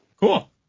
Cool